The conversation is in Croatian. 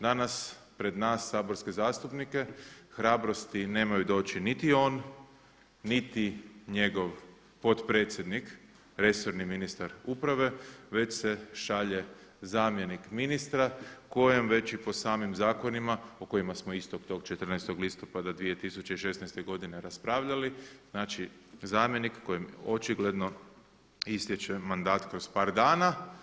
Danas pred nas saborske zastupnike hrabrosti nemaju doći niti on, niti njegov potpredsjednik resorni ministar uprave već se šalje zamjenik ministra kojem već i po samim zakonima o kojima smo istog tog 14. listopada 2016. godine raspravljali, znači zamjenik kojem očigledno istječe mandat kroz par dana.